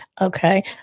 Okay